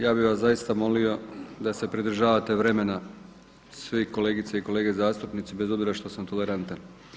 Ja bih vas zaista molio da se pridržavate vremena svi kolegice i kolege zastupnici bez obzira što sam tolerantan.